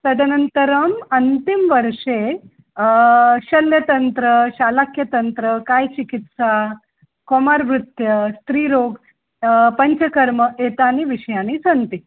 तदनन्तरम् अन्तिम वर्षे शल्यतन्त्रं शालाक्यतन्त्रं कायचिकित्सा कौमारभृत्यं स्त्रीरोगः पञ्चकर्म एतानि विषयाणि सन्ति